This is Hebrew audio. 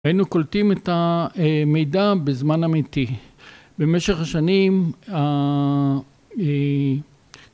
היינו קולטים את המידע בזמן אמיתי במשך השנים אה...